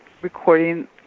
recording